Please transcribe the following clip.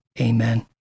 Amen